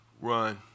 run